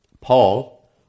Paul